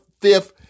fifth